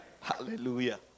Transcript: Hallelujah